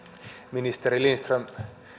ministeri lindström